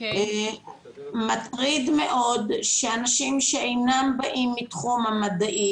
מטריד מאוד שאנשים שאינם באים מתחום המדעי